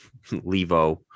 Levo